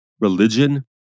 religion